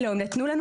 לא, נתנו לנו